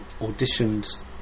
auditioned